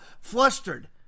flustered